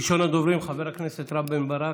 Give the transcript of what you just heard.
ראשון הדוברים, חבר הכנסת רם בן ברק,